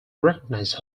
recognise